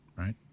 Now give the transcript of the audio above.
Right